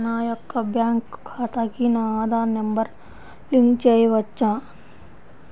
నా యొక్క బ్యాంక్ ఖాతాకి నా ఆధార్ నంబర్ లింక్ చేయవచ్చా?